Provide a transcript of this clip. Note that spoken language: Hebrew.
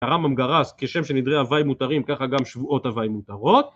הרמב"ם גרס כשם שנדרי הבאי מותרים, ככה גם שבועות הבאי מותרות.